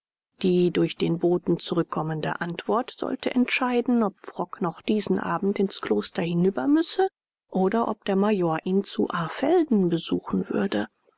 die durch den boten zurückkommende antwort sollte entscheiden ob frock noch diesen abend ins kloster hinüber müsse oder ob der major ihn zu arrfelden besuchen würde